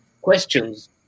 questions